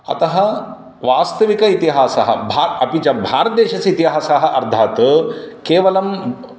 अतः वास्तविकः इतिहासः भा अपि च भारतदेशस्य इतिहासः अर्थात् केवलम्